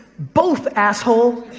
both, asshole.